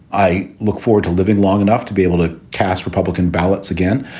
i look forward to living long enough to be able to cast republican ballots again.